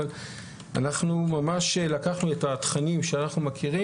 אבל אנחנו ממש לקחנו את התכנים שאנחנו מכירים